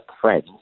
friends